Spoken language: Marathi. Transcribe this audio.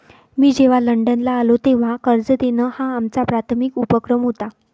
मी जेव्हा लंडनला आलो, तेव्हा कर्ज देणं हा आमचा प्राथमिक उपक्रम होता